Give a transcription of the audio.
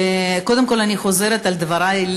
קודם כול אני חוזרת על דברי,